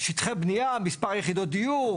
משטחי בניה מספר יחידות דיור,